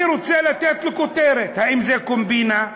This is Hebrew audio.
אני רוצה לתת לו כותרת: האם זה "קומבינה"?